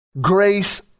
grace